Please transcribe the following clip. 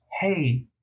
hey